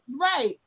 Right